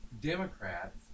Democrats